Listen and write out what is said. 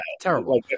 Terrible